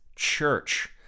Church